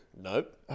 Nope